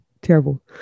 terrible